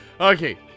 okay